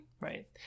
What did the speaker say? Right